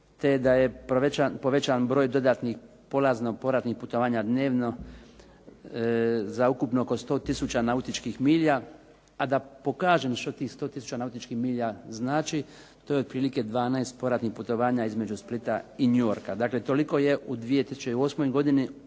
te da je povećan broj dodatnih polazno povratnih putovanja dnevno za ukupno 100 tisuća nautičkih milja. A da pokažem što tih 100 tisuća nautičkih milja znači, to je otprilike 12 povratnih putovanja između Splita i New Yorka. Dakle toliko je u 2008. godinu